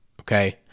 Okay